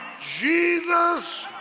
jesus